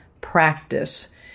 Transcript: practice